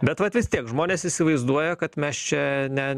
bet vat vis tiek žmonės įsivaizduoja kad mes čia ne